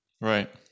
Right